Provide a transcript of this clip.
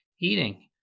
eating